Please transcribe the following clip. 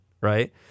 right